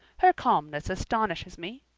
her calmness astonishes me.